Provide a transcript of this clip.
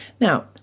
Now